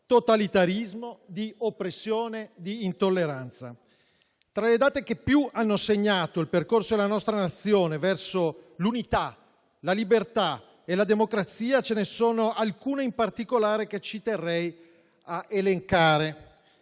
totalitarismo, di oppressione e intolleranza. Tra le date che più hanno segnato il percorso della nostra Nazione verso l'unità, la libertà e la democrazia, ce ne sono alcune in particolare che ci terrei a elencare: